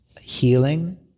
healing